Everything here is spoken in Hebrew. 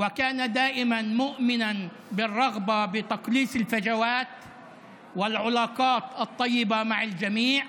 והוא תמיד האמין בשאיפה לצמצם את הפערים וביחסים טובים עם כולם.